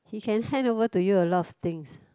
he can hand over to you a lot of things